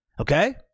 Okay